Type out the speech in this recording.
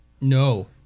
no